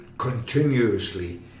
continuously